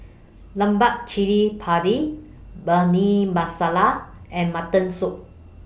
Lemak Cili Padi Bhindi Masala and Mutton Soup